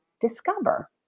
discover